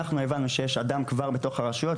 אנחנו הבנו שיש אדם כבר בתוך הרשויות,